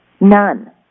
none